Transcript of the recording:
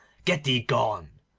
get thee gone.